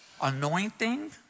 Anointing